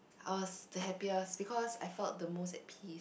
I was the happiest because I felt the most at peace